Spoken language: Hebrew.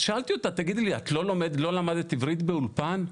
שאלתי אותה, תגידי, לא למדת עברית באולפן?